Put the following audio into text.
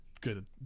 good